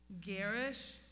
Garish